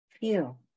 feel